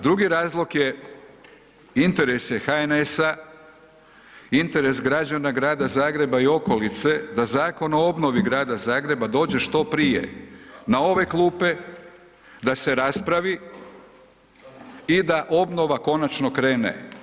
Drugi razlog je interes je HNS-a, interes građana grada Zagreba i okolice da Zakon o obnovi grada Zagreba dođe što prije na ove klupe, da se raspravi i da obnova konačno krene.